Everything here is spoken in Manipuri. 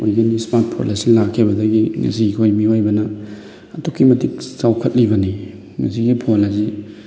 ꯑꯣꯏꯒꯅꯤ ꯏꯁꯃꯥꯔꯠ ꯐꯣꯟ ꯑꯁꯤ ꯂꯥꯛꯈꯤꯕꯗꯒꯤ ꯉꯁꯤ ꯑꯩꯈꯣꯏ ꯃꯤꯑꯣꯏꯕꯅ ꯑꯗꯨꯛꯀꯤ ꯃꯇꯤꯛ ꯆꯥꯎꯈꯠꯂꯤꯕꯅꯤ ꯃꯁꯤꯒꯤ ꯐꯣꯟ ꯑꯁꯤ